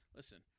Listen